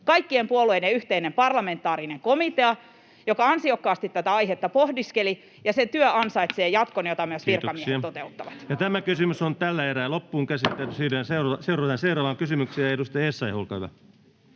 kaikkien puolueiden yhteinen parlamentaarinen komitea, joka ansiokkaasti tätä aihetta pohdiskeli, ja se työ ansaitsee jatkon, jota myös virkamiehet toteuttavat. Siirrytään seuraavaan kysymykseen. — Edustaja Essayah, olkaa hyvä